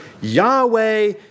Yahweh